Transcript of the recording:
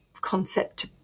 concept